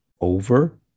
over